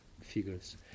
figures